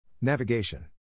Navigation